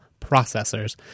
processors